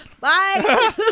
Bye